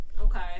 Okay